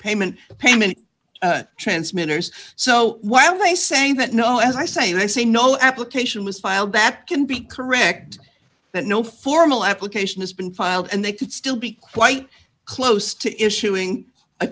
payment of payment transmitters so why were they saying that no as i say i say no application was filed that can be correct that no formal application has been filed and they could still be quite close to issuing a